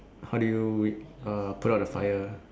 how did you wait uh put out the fire